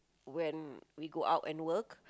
when we go out and work